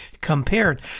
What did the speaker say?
compared